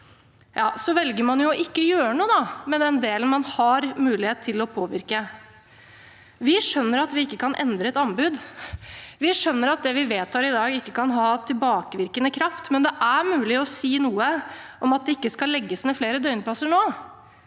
da velger man å ikke gjøre noe med den delen man har mulighet til å påvirke. Vi skjønner at vi ikke kan endre et anbud. Vi skjønner at det vi vedtar i dag, ikke kan ha tilbakevirkende kraft, men det er mulig å si noe om at det ikke skal legges ned flere døgnplasser nå.